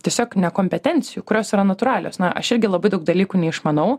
tiesiog nekompetencijų kurios yra natūralios na aš irgi labai daug dalykų neišmanau